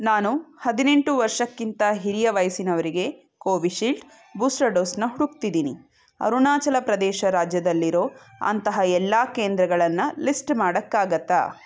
ನಾನು ಹದಿನೆಂಟು ವರ್ಷಕ್ಕಿಂತ ಹಿರಿಯ ವಯಸ್ಸಿನವರಿಗೆ ಕೋವಿಶೀಲ್ಡ್ ಬೂಸ್ಟರ್ ಡೋಸನ್ನ ಹುಡುಕ್ತಿದ್ದೀನಿ ಅರುಣಾಚಲ ಪ್ರದೇಶ ರಾಜ್ಯದಲ್ಲಿರೋ ಅಂತಹ ಎಲ್ಲ ಕೇಂದ್ರಗಳನ್ನು ಲಿಸ್ಟ್ ಮಾಡೋಕ್ಕಾಗತ್ತಾ